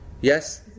Yes